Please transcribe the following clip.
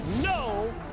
no